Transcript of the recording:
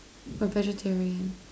a vegetarian